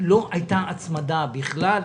לא הייתה הצמדה בכלל.